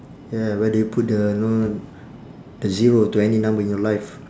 yeah where do you put the know the zero to any number in your life